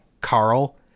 Carl